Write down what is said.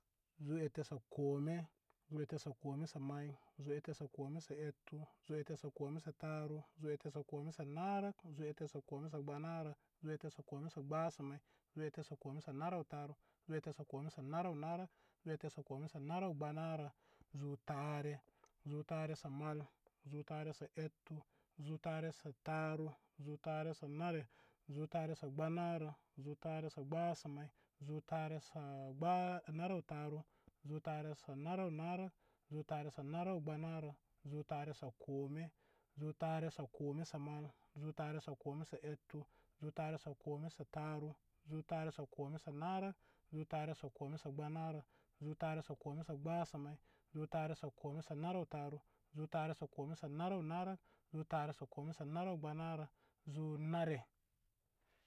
Zu-ette- sə kome, zu-ette- sə kome-sə-may, zu-ette- sə kome-sə- ettu, zu-ette- sə kome-sə- taru, zu-ette- sə kome-sə- narə, zu-ette- sə kome-sə- gbənara, zu-ette- sə kome-sə- gbənsə may, zu-ette- sə kome-sə- anarutaru, zu-ette- sə kome-sə-narə naru, zu-ette- sə kome-sə-anaru gbənarə, zu tare, zu tare sə mai, zu tare-sə-ettu, zi tare-sə-taru, zu taru sə nare, zu tare-sə gbənarə, zu tare sə gbənsə may, zu tare sə anaru-taru, zu tare-sə-nare-narə zutare sə nare-gbənarə zu tare sə kome zu tare sə kome sə mal zu tare sə kome sə ettu, zu tare-sə-kome-sə-taru, zu-ette- sə kome-sə-kome-sə-narə, zu-ette- sə kome-sə-gbənarə, zu-ette- sə kome-sə- gbənsə may, zu-ette- sə kome-sə-naru taru, zu-ette- sə kome-sə-naru narə, zu-ette- sə kome-sə-naru gbənarə zu nare.